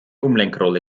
umlenkrolle